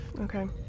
Okay